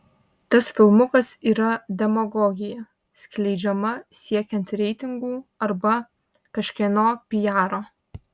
tas filmukas yra demagogija skleidžiama siekiant reitingų arba kažkieno pijaro